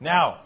Now